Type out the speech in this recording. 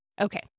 Okay